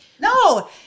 No